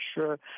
sure